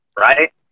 right